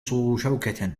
شوكة